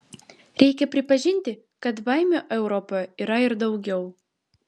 reikia pripažinti kad baimių europoje yra ir daugiau